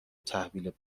تحویل